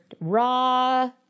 raw